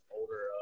older